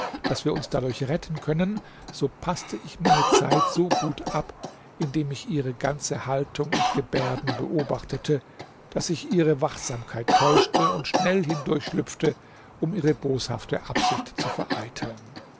daß wir uns dadurch retten können so paßte ich meine zeit so gut ab indem ich ihre ganze haltung und gebärden beobachtete daß ich ihre wachsamkeit täuschte und schnell hindurch schlüpfte um ihre boshafte absicht zu vereiteln